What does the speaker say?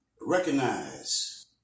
recognize